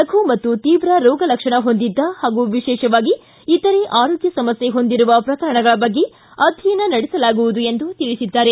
ಲಘು ಮತ್ತು ತೀವ್ರ ರೋಗ ಲಕ್ಷಣ ಹೊಂದಿದ್ದ ಹಾಗೂ ವಿಶೇಷವಾಗಿ ಇತರೆ ಆರೋಗ್ಯ ಸಮಸ್ಥೆ ಹೊಂದಿರುವ ಪ್ರಕರಣಗಳ ಬಗ್ಗೆ ಅಧ್ಯಯನ ನಡೆಸಲಾಗುವುದು ಎಂದು ತಿಳಿಸಿದ್ದಾರೆ